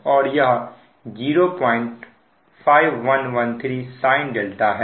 और यह 05113sin है